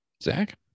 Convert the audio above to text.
Zach